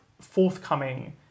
forthcoming